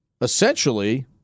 essentially